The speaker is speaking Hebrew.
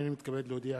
הנני מתכבד להודיע,